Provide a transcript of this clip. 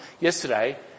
Yesterday